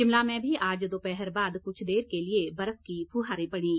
शिमला में भी आज दोपहर बाद कुछ देर के लिए बर्फ की फहारें पड़ीं